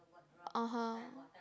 (uh huh)